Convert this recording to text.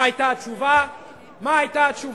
מה היתה התשובה הפלסטינית?